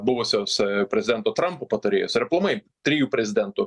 buvusios prezidento trampo patarėjos ir aplamai trijų prezidentų